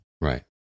Right